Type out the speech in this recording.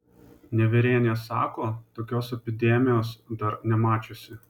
nevierienė sako tokios epidemijos dar nemačiusi